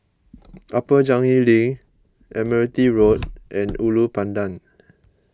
Upper Changi Link Admiralty Road and Ulu Pandan